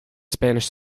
spanish